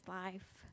life